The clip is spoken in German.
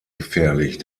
gefährlich